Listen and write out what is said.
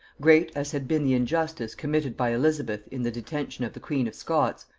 great as had been the injustice committed by elizabeth in the detention of the queen of scots,